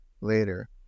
later